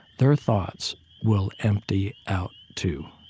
their thoughts will empty out too.